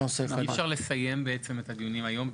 בעצם אי-אפשר לסיים את הדיונים היום.